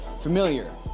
familiar